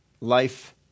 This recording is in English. life